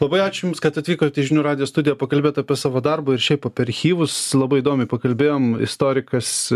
labai ačiū jums kad atvykot į žinių radijo studiją pakalbėt apie savo darbą ir šiaip apie archyvus labai įdomiai pakalbėjom istorikas